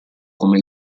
come